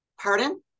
Pardon